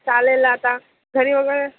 चालेल आता घरी वगैरे